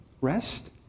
rest